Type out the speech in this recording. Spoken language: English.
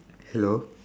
hello